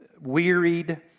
wearied